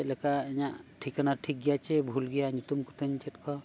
ᱪᱮᱫ ᱞᱮᱠᱟ ᱤᱧᱟᱹᱜ ᱴᱷᱤᱠᱟᱹᱱᱟ ᱴᱷᱤᱠ ᱜᱮᱭᱟ ᱥᱮ ᱵᱷᱩᱞ ᱜᱮᱭᱟ ᱧᱩᱛᱩᱢ ᱠᱚᱛᱤᱧ ᱪᱮᱫᱠᱚ